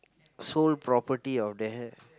sole property of da~